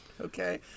okay